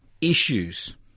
issues